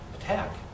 attack